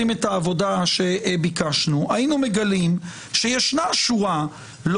אוחנה הוביל את הוועדה המיוחדת לעניין חוק הלאום והיו כאן רגעים לא פחות